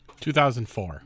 2004